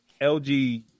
LG